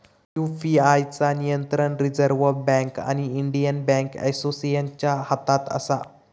UPI चा नियंत्रण reserve bank आणि इंडियन बॅन्क असोसिएशनच्या हातात असा